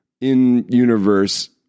in-universe